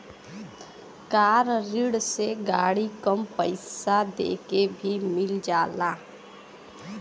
कार ऋण से गाड़ी कम पइसा देके भी मिल जाला